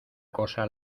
cosa